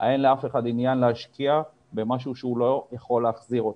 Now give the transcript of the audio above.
אין לאף אחד עניין להשקיע במשהו שהוא לא יכול להחזיר אותו.